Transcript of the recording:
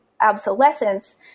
obsolescence